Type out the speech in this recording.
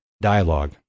dialogue